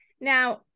Now